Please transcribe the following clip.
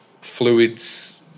fluids